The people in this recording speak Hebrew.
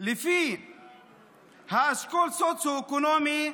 לפי אשכול סוציו-אקונומי,